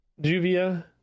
Juvia